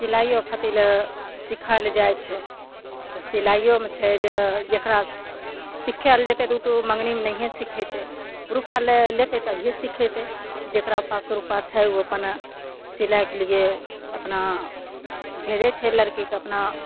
सिलाइयो खातिर सिखय लए जाइ छै सिलाइयोमे छै जे जकरा सिखायल जेतय तऽ उ तऽ मङ्गनीमे नहिये सिखैतै रूपैआ लए लेतय तभीये सिखैतै जकरा पास रूपैआ छै ओ अपन सिलाइके लिये अपना भेजय छै लड़कीके अपना